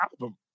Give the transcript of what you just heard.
album